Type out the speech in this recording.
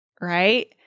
Right